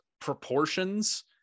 proportions